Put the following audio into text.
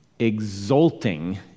exulting